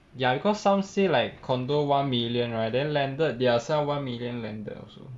ya because some say like condominium one million right then landed they are sell one million landed also